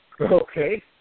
Okay